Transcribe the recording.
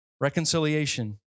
reconciliation